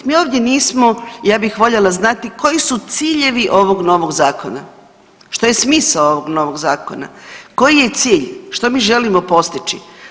Mi ovdje nismo ja bih voljela znati koji su ciljevi ovog novog zakona, što je smisao ovog novog zakona, koji je cilj, što mi želimo postići?